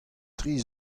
tri